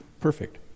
perfect